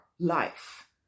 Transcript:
life